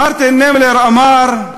מרטין נימלר אמר: